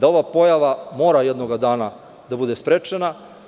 da ova pojava mora jednoga dana da bude sprečena.